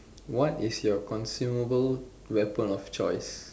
what is your consumable weapon of choice